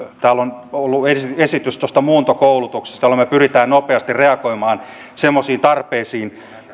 täällä on ollut esitys muuntokoulutuksesta jolla me pyrimme nopeasti reagoimaan semmoisiin tarpeisiin